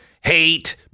hate